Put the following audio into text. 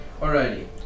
Alrighty